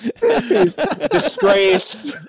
Disgraced